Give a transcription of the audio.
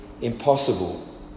impossible